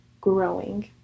growing